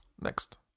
Next